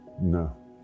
no